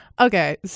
okay